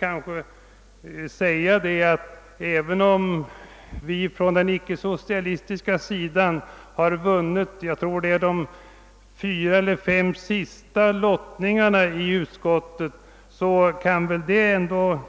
Men det faktum att vi på den icke-socialistiska sidan har vunnit de fyra eller fem senaste lottningarna i utskottet kan